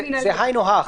זה היינו הך בהקשר.